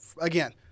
again